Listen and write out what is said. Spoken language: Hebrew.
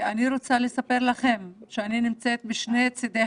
אני רוצה לספר לכם שאני נמצאת משני צדי המתרס,